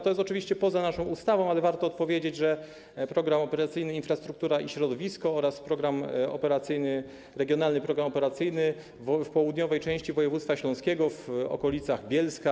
To jest oczywiście poza naszą ustawą, ale warto odpowiedzieć, że Program Operacyjny „Infrastruktura i środowisko” oraz regionalny program operacyjny w południowej części województwa śląskiego, w okolicach Bielska,